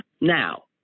Now